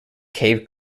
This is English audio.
cave